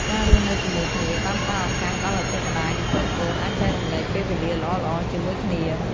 ការរស់នៅជាមួយគ្នា បានផ្ដល់ឱកាសដល់ឪពុកម្តាយ និងកូនៗ អាចចែករំលែកពេលវេលាល្អៗជាមួយគ្នា។